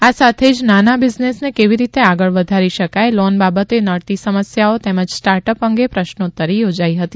આ સાથે જ નાના બીઝનેસ ને કે વી રીતે આગળ વધારી શકાય લોન બાબતે નડતી સમસ્યાઓ તેમજ સ્ટાર્ટઅપ અંગે પ્રશ્નોત્તરી યોજાઇ હતી